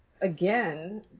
again